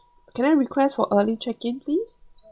can I request for early check-in please